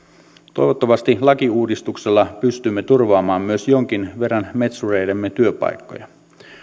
toivottavasti lakiuudistuksella pystymme turvaamaan myös jonkin verran metsureidemme työpaikkoja